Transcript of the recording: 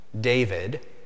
David